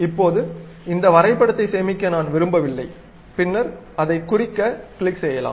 இப்போது இந்த வரைபடத்தை சேமிக்க நான் விரும்பவில்லை பின்னர் அதைக் குறிக்க கிளிக் செய்யலாம்